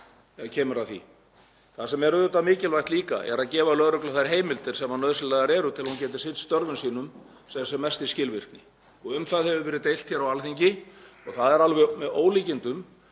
Það sem er auðvitað mikilvægt líka er að gefa lögreglu þær heimildir sem nauðsynlegar eru til að hún geti sinnt störfum sínum með sem mestri skilvirkni og um það hefur verið deilt á Alþingi. Það er alveg með ólíkindum